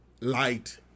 light